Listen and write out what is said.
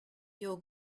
your